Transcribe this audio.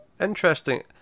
Interesting